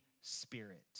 Spirit